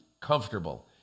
comfortable